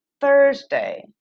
Thursday